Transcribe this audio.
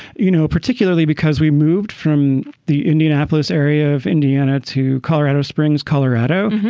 you know, particularly because we moved from the indianapolis area of indiana to colorado springs, colorado,